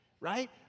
right